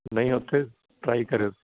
ਨਹੀਂ ਉੱਥੇ ਟਰਾਈ ਕਰਿਓ